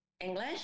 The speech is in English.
English